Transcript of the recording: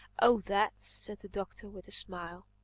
oh, that, said the doctor with a smile.